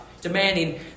Demanding